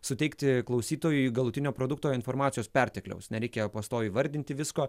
suteikti klausytojui galutinio produkto informacijos pertekliaus nereikia pastoviai vardinti visko